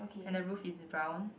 and the roof is brown